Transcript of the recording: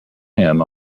him